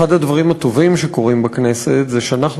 אחד הדברים הטובים שקורים בכנסת זה שאנחנו